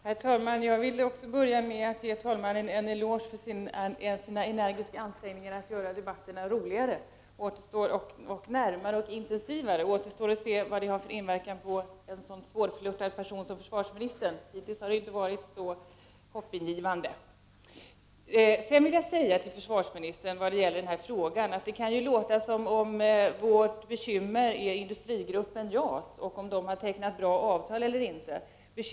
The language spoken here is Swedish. Herr talman! Jag vill börja med att ge talmannen en eloge för hans energiska ansträngningar att göra debatterna roligare, närmare och intensivare. Återstår att se vad det har för inverkan på en så svårflörtad person som försvarsministern — hittills har effekten inte varit så hoppingivande. När det gäller sakfrågan vill jag säga till försvarsministern att det kan låta som om vi är bekymrade för industrigruppen JAS, om man där har tecknat bra avtal eller inte.